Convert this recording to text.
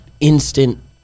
instant